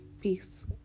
Peace